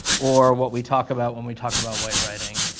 or what we talk about when we talk about white writing,